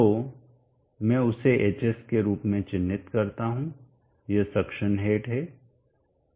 तो मैं उसे hs के रूप में चिन्हित करता हूं यह सक्शन हेड है